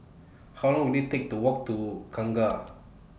How Long Will IT Take to Walk to Kangkar